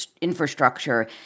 infrastructure